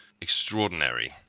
extraordinary